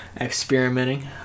Experimenting